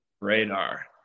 radar